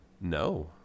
No